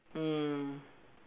mm